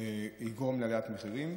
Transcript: זה יגרום לעליית מחירים,